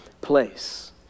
place